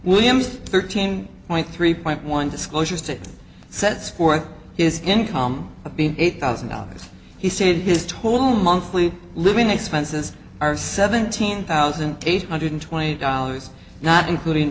williams thirteen point three point one disclosures to sets forth is income being eight thousand dollars he said his total monthly living expenses are seventeen thousand eight hundred twenty dollars not including